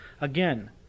Again